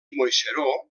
moixeró